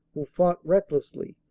who fought recklessly,